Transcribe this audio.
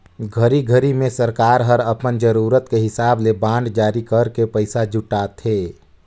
घरी घरी मे सरकार हर अपन जरूरत के हिसाब ले बांड जारी करके पइसा जुटाथे